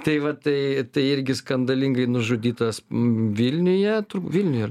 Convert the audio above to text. tai va tai irgi skandalingai nužudytas vilniuje vilniuj ar